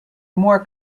more